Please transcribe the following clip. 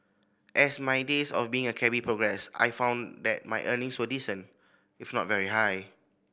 as my days of being a cabby progressed I found that my earnings were decent if not very high